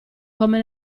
come